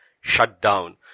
shutdown